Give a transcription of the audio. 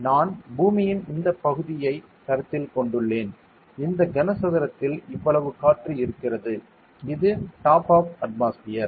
நான் பூமியின் இந்தப் பகுதியைக் கருத்தில் கொண்டேன் இந்த கனசதுரத்திற்குள் இவ்வளவு காற்று இருக்கிறது இது டாப் ஆப் அட்மாஸ்பியர்